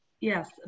Yes